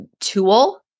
tool